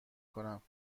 کنم